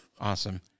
Awesome